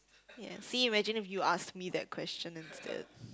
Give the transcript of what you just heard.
ya see imagine if you ask me that question instead